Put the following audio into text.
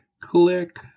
click